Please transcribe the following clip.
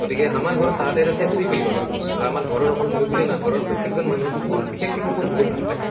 গতিকে আমাৰ ঘৰত তাহাঁতে এটা চেফ্টি ফিল কৰে আৰু আমাৰ ঘৰৰ অকল মই বুলিয়ে নহয় ঘৰৰ প্ৰত্যেকজন মানুহে কুকুৰ বিশেষকৈ কুকুৰ বহুত ভাল পায়